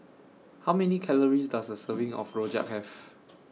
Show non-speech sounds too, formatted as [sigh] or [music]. How Many Calories Does A Serving [noise] of Rojak Have